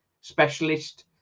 specialist